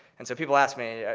and so people ask me,